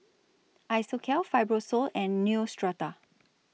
Isocal Fibrosol and Neostrata